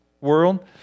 world